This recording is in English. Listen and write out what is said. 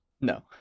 No